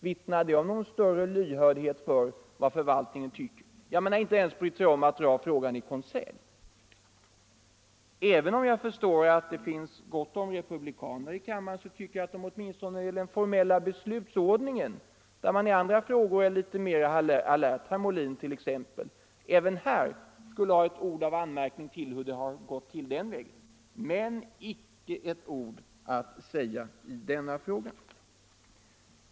Vittnar det om någon stor lyhördhet för vad förvaltningen tycker? Man har inte ens brytt sig om att dra frågan i konselj. Även om jag förstår att det finns gott om republikaner i kammaren tycker jag att man åtminstone när det gäller den formella beslutsordningen, där man — herr Molin t.ex. — är litet mera alert i andra frågor, skulle kunna ha något ord till anmärkning mot hur det gått till i det här fallet. Men man har inte ett ord att säga i denna fråga!